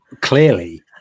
Clearly